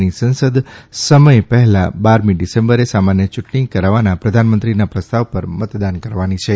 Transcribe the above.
ની સંસદ સમય પહેલાં બારમી ડિસેમ્બરે સામાન્ય ચૂંટણી કરાવવાના પ્રધાનમંત્રીના પ્રસ્તાવ પર મતદાન કરવાની છે